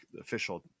official